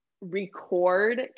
record